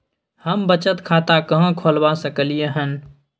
हम बचत खाता कहाॅं खोलवा सकलिये हन?